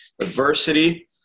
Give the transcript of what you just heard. adversity